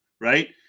right